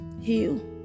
Heal